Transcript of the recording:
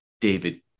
David